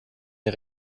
der